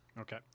Okay